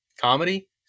Comedy